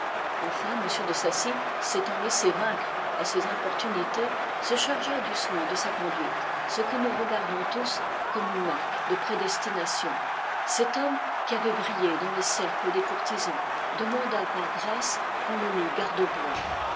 m de saci s'estant laissé vaincre à ses importunités se chargea du soin de sa conduite ce que nous regardons tous comme une marque de prédestination cet homme qui avoit brillé dans les cercles des courtisans demanda par grâce qu'on le mist garde bois